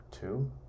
two